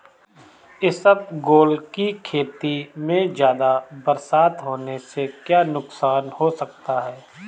इसबगोल की खेती में ज़्यादा बरसात होने से क्या नुकसान हो सकता है?